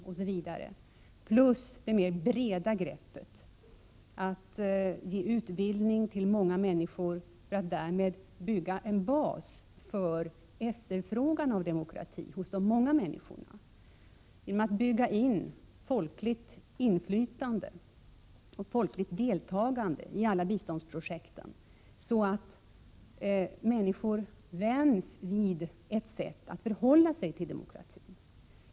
Vi går också ut på bred front för att ge utbildning till många människor, för att därmed bygga en bas för efterfrågan på demokrati hos dessa människor. Genom att bygga in folkligt inflytande och folkligt deltagande i alla biståndsprojekt, eftersträvar vi att människor vänjs vid ett sätt att förhålla sig till demokratin.